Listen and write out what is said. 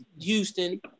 Houston